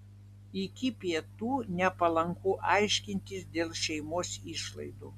iki pietų nepalanku aiškintis dėl šeimos išlaidų